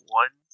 one